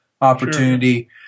opportunity